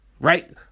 Right